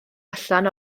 allan